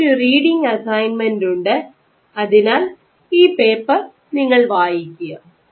നമുക്കൊരു reading assignment ഉണ്ട് അതിനാൽ ഈ പേപ്പർ നിങ്ങൾ വായിക്കുക